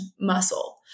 muscle